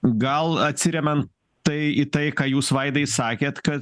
gal atsiremiam tai į tai ką jūs vaidai sakėt kad